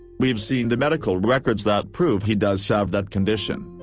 we've seen the medical records that prove he does have that condition.